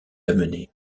amené